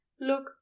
look